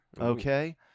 okay